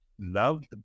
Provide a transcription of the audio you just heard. loved